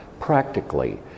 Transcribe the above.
practically